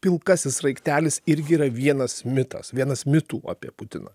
pilkasis sraigtelis irgi yra vienas mitas vienas mitų apie putiną